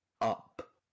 Up